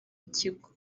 ikigo